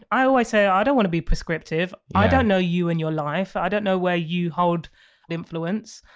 i say, i always say i don't want to be prescriptive. i don't know you and your life. i don't know where you hold influence.